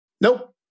Nope